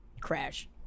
crash